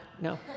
No